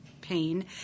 pain